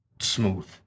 smooth